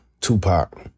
Tupac